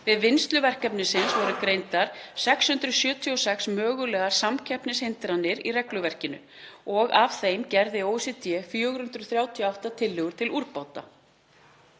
Við vinnslu verkefnisins voru greindar 676 mögulegar samkeppnishindranir í regluverkinu. Af þeim gerði OECD 438 tillögur til úrbóta.